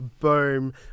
Boom